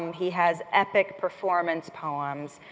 he has epic performance poems